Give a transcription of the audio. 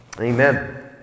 Amen